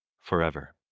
forever